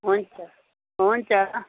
हुन्छ हुन्छ